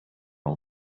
all